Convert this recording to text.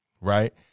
Right